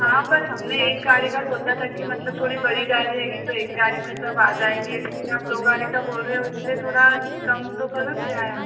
हाँ पर हमने एक गाड़ी का सोचा था कि मतलब थोड़ी बड़ी गारी रहेगी तो एक गाड़ी में सब आ जाएंगे लेकिन आप दो गाड़ी का बोल रहे हो इसलिए थोड़ा कम तो करो किराया